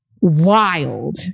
wild